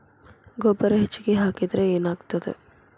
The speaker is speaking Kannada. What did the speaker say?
ಗೊಬ್ಬರ ಹೆಚ್ಚಿಗೆ ಹಾಕಿದರೆ ಏನಾಗ್ತದ?